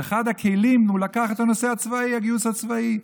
ואחד הכלים, הוא לקח את הגיוס הצבאי.